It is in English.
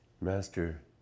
Master